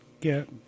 get